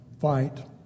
fight